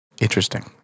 Interesting